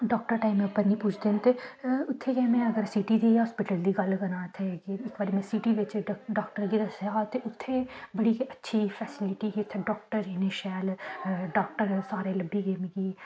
doctor टाइमें पर निं पुजदे ते उत्थें गै में सिटी दे हॉस्पिटल दी गल्ल करांऽ ते इत्थें दी साढ़े सिटी च डॉक्टर गी दस्सेआ हा ते उत्थें बड़ी अच्छी फेस्लिटी ही